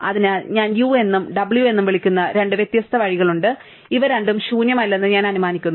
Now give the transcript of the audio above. അതിനാൽ ഞാൻ u എന്നും w എന്നും വിളിക്കുന്ന രണ്ട് വ്യത്യസ്ത വഴികളുണ്ട് ഇവ രണ്ടും ശൂന്യമല്ലെന്ന് ഞാൻ അനുമാനിക്കുന്നു